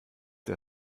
der